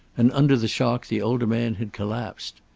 and under the shock the older man had collapsed.